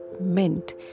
meant